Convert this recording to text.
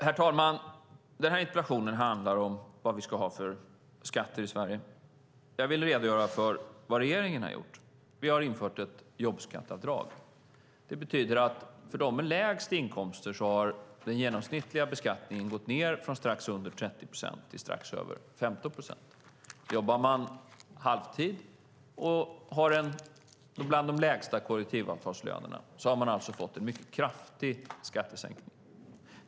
Herr talman! Den här interpellationen handlar om vad vi ska ha för skatter i Sverige. Jag vill redogöra för vad regeringen har gjort. Vi har infört ett jobbskatteavdrag. Det betyder att för dem med lägst inkomster har den genomsnittliga beskattningen gått ned från strax under 30 procent till strax över 15 procent. Jobbar man halvtid och har bland de lägsta kollektivavtalslönerna har man alltså fått en mycket kraftig skattesänkning.